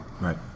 right